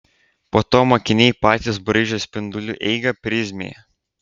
po to mokiniai patys braižo spindulių eigą prizmėje